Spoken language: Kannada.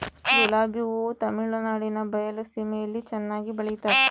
ಗುಲಾಬಿ ಹೂ ತಮಿಳುನಾಡಿನ ಬಯಲು ಸೀಮೆಯಲ್ಲಿ ಚೆನ್ನಾಗಿ ಬೆಳಿತಾರ